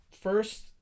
first